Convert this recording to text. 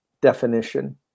definition